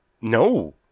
No